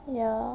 ya